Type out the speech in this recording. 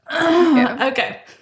Okay